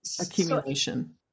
accumulation